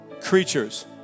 creatures